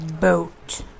boat